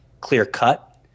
clear-cut